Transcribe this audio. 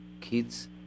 Kids